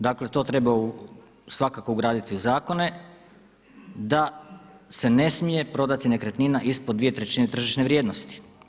Dakle to treba svakako ugraditi u zakone da se ne smije prodati nekretnina ispod dvije trećine tržišne vrijednosti.